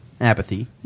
Apathy